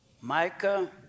Micah